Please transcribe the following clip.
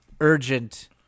urgent